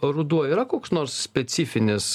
ruduo yra koks nors specifinis